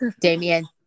Damien